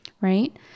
right